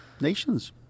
nations